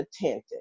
attentive